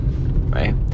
right